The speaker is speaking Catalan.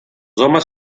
homes